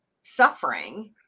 suffering